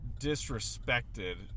disrespected